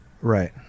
right